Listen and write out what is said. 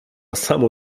samo